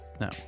no